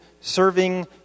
serving